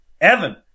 Evan